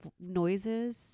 noises